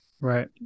Right